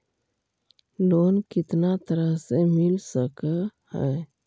Loan कितना तरह से मिल सक है?